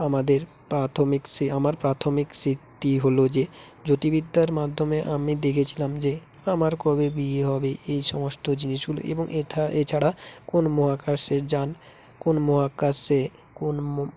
আমাদের প্রাথমিক সি আমার প্রাথমিক স্মৃতি হলো যে জ্যোতির্বিদ্যার মাধ্যমে আমি দেখেছিলাম যে আমার কবে বিয়ে হবে এই সমস্ত জিনিসগুলো এবং এঠা এছাড়া কোন মহাকাশে যান কোন মহাকাশে কোন ম